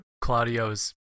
Claudio's